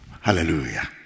Hallelujah